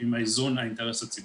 עם איזון האינטרס הציבורי.